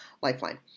lifeline